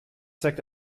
zeigt